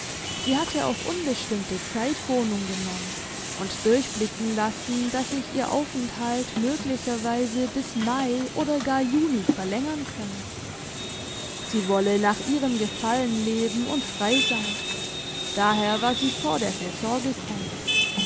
allem sie hatte auf unbestimmte zeit wohnung genommen und durchblicken lassen dass sich ihr aufenthalt möglicherweise bis mai oder gar juni verlängern könne sie wolle nach ihrem gefallen leben und frei sein daher war sie vor der saison gekommen